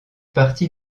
partie